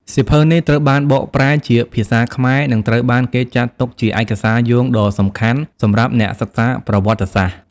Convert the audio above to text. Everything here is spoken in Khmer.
សៀវភៅនេះត្រូវបានបកប្រែជាភាសាខ្មែរ និងត្រូវបានគេចាត់ទុកជាឯកសារយោងដ៏សំខាន់សម្រាប់អ្នកសិក្សាប្រវត្តិសាស្ត្រ។